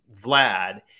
Vlad